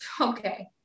okay